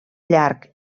llarg